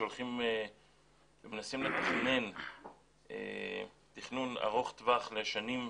שהולכים ומנסים לתכנן תכנון ארוך טווח לשנים,